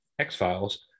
X-Files